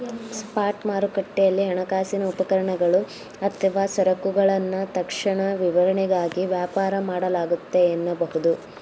spot ಮಾರುಕಟ್ಟೆಯಲ್ಲಿ ಹಣಕಾಸಿನ ಉಪಕರಣಗಳು ಅಥವಾ ಸರಕುಗಳನ್ನ ತಕ್ಷಣ ವಿತರಣೆಗಾಗಿ ವ್ಯಾಪಾರ ಮಾಡಲಾಗುತ್ತೆ ಎನ್ನಬಹುದು